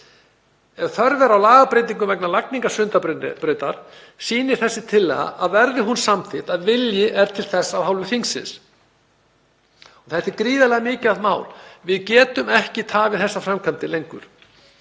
Ef þörf er á lagabreytingum vegna lagningar Sundabrautar sýnir þessi tillaga, verði hún samþykkt, að vilji er til þess af hálfu þingsins. Þetta er gríðarlega mikilvægt mál. Við getum ekki tafið þessar framkvæmdir lengur.